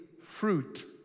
fruit